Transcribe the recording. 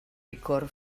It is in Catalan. licor